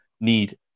need